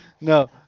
No